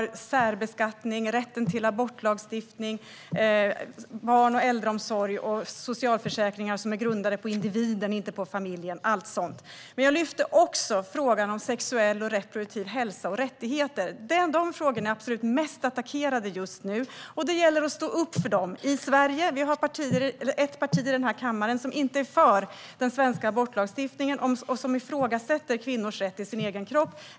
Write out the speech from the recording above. Jag lyfte fram särbeskattning, rätten till abort, barn och äldreomsorg och socialförsäkringar som är grundade på individen och inte på familjen - allt sådant. Jag lyfte också upp frågan om sexuell och reproduktiv hälsa och rättigheter. De frågorna är absolut mest attackerade just nu, och det gäller att stå upp för dem. I Sverige har vi ett parti i den här kammaren som inte är för den svenska abortlagstiftningen och som ifrågasätter kvinnors rätt till sin egen kropp.